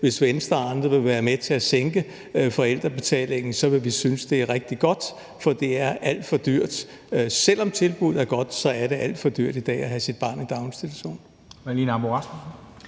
Hvis Venstre og andre vil være med til at sænke forældrebetalingen, vil vi synes, det er rigtig godt, for det er alt for dyrt. Selv om tilbuddet er godt, er det alt for dyrt i dag at have sit barn i daginstitution.